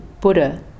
Buddha